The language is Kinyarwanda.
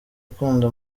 ukunda